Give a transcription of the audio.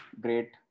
great